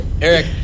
Eric